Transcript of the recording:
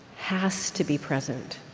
has to be present.